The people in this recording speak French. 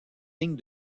lignes